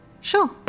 Sure